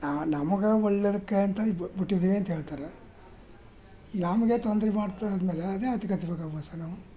ನಾವು ನಮಗೆ ಒಳ್ಳೆಯದಕ್ಕೆ ಅಂತ ಬಿಟ್ಟಿದ್ದೀವಿ ಅಂತ ಹೇಳ್ತಾರೆ ನಮಗೆ ತೊಂದ್ರೆ ಮಾಡ್ತದೆ ಅಂದ್ಮೇಲೆ ಅದ್ಯಾತಕ್ಕೆ ಹತ್ಬೇಕು ಆ ಬಸ್ ನಾವು